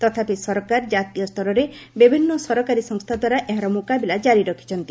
ତଥାପି ସରକାର ଜାତୀୟ ସ୍ତରରେ ବିଭିନ୍ନ ସରକାରୀ ସଂସ୍ରାଦ୍ୱାରା ଏହାର ମୁକାବିଲା କାରି ରଖୁଛନ୍ତି